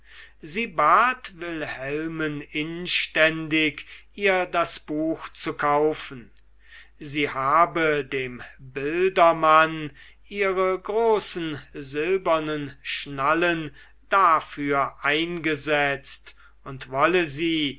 sie bat wilhelmen inständig ihr das buch zu kaufen sie habe dem bildermann ihre großen silbernen schnallen dafür eingesetzt und wolle sie